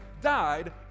died